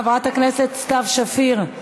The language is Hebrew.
חברת הכנסת סתיו שפיר,